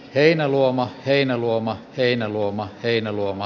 heinäluoma heinäluoma heinäluoma heinäluoma